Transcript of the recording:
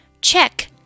Check